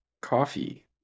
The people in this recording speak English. coffee